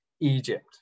Egypt